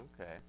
okay